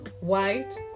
White